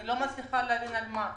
אני לא מצליחה להבין על מה.